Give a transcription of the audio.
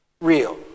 real